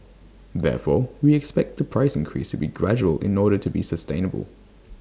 therefore we expect the price increase to be gradual in order to be sustainable